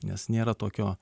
nes nėra tokio